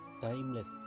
Timeless